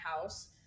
house